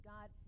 God